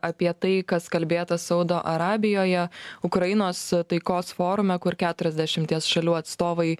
apie tai kas kalbėta saudo arabijoje ukrainos taikos forume kur keturiasdešimties šalių atstovai